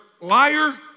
liar